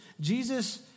Jesus